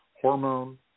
hormone